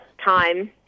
time